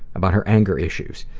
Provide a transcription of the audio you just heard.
about her anger issues,